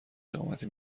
اقامتی